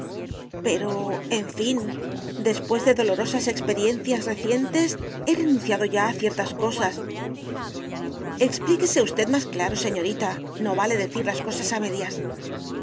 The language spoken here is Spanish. pero en fin después de dolorosas experiencias recientes he renunciado ya a ciertas cosas explíquese usted más claro señorita no vale decir las cosas a medias